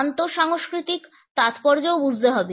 আন্তঃসাংস্কৃতিক তাৎপর্যও বুঝতে হবে